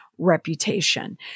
reputation